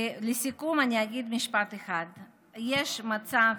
ולסיכום אני אגיד משפט אחד: יש מצב